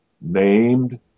named